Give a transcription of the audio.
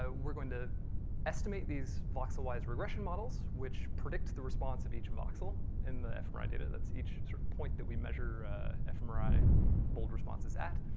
ah we're going to estimate these voxelwise regression models, which predict the response of each voxel, in the fmri data, that's each sort of point that we measure fmri bold responses at,